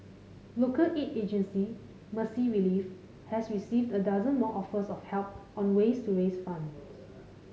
local aid agency Mercy Relief has received a dozen more offers of help on ways to raise funds